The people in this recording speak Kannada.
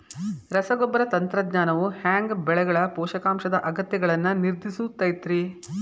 ರಸಗೊಬ್ಬರ ತಂತ್ರಜ್ಞಾನವು ಹ್ಯಾಂಗ ಬೆಳೆಗಳ ಪೋಷಕಾಂಶದ ಅಗತ್ಯಗಳನ್ನ ನಿರ್ಧರಿಸುತೈತ್ರಿ?